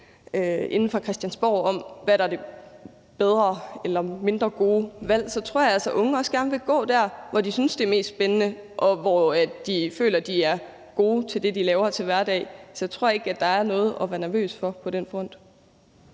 inde fra Christiansborg om, hvad der er det bedre og det mindre gode valg, så vil unge også gerne gå der, hvor de synes, det er mest spændende, og hvor de føler, de er gode til det, de laver til hverdag. Så jeg tror ikke, der er noget at være nervøs for på den front.